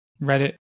Reddit